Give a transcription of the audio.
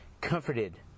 comforted